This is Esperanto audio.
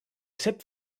sep